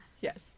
yes